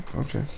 okay